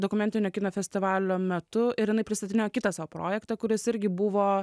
dokumentinio kino festivalio metu ir jinai pristatinėjo kitą savo projektą kuris irgi buvo